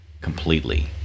completely